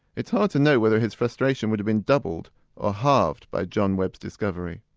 it's hard to know whether his frustration would have been doubled or halved by john webb's discovery.